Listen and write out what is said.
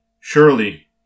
Surely